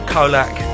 Kolak